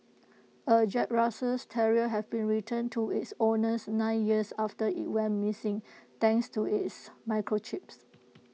A Jack Russell terrier has been returned to its owners nine years after IT went missing thanks to its microchips